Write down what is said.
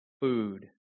food